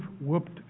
whooped